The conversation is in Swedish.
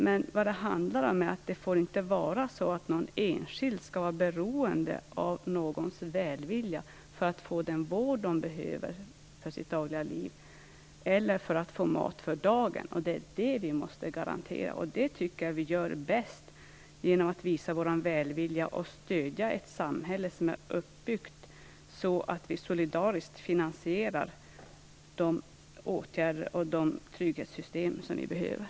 Men det får inte vara så att en enskild människa skall vara beroende av någon annans välvilja för att få den vård man behöver eller för att få mat för dagen. Det är detta vi måste garantera. Det tycker jag att vi gör bäst genom att visa vår välvilja att stödja ett samhälle som är uppbyggt så att vi solidariskt finansierar de åtgärder och de trygghetssystem som vi behöver.